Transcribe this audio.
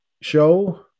show